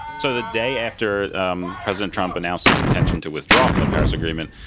so the day after um president trump announced his intention to withdraw from the paris agreement,